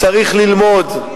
צריך ללמוד,